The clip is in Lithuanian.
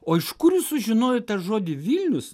o iš kur jūs sužinojot tą žodį vilnius